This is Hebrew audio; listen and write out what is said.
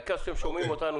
העיקר שאתם שומעים אותנו,